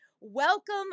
welcome